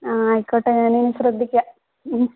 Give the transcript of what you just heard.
ആ ആയിക്കോട്ടെ ഞാനിനി ശ്രദ്ധിക്കാം